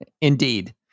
Indeed